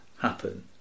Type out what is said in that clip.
happen